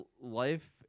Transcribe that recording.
life